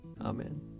Amen